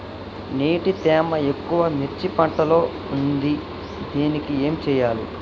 నీటి తేమ ఎక్కువ మిర్చి పంట లో ఉంది దీనికి ఏం చేయాలి?